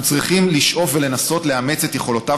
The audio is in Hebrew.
אנחנו צריכים לשאוף ולנסות לאמץ את יכולותיו